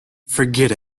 forget